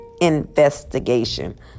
investigation